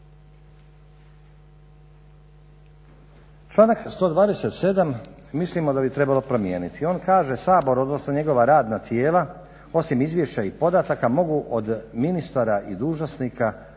Članak 127. mislimo da bi trebalo promijeniti. On kaže: "Sabor odnosno njegova radna tijela osim izvješća i podataka mogu od ministara i dužnosnika koji